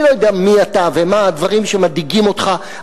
אני לא יודע מי אתה ומה הדברים שמדאיגים אותך,